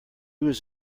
was